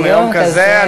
ביום כזה.